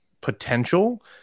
potential